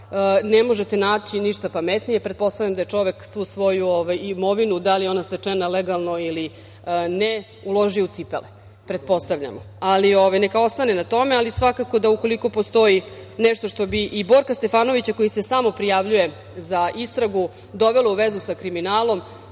ne možete naći ništa pametnije. Pretpostavljam da je čovek svu svoju imovinu, da li je ona stečena legalno ili ne, uložio u cipele, ali neka ostane na tome. Svakako da ukoliko postoji nešto što bi i Borka Stefanovića, koji se samoprijavljuje za istragu, dovelo u vezu sa kriminalom,